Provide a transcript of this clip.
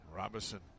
Robinson